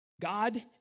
God